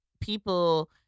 people